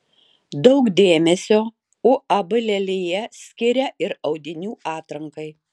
daug dėmesio uab lelija skiria ir audinių atrankai